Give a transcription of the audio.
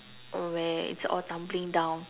where it's all tumbling down